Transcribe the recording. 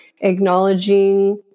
acknowledging